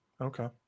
okay